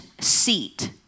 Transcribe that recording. seat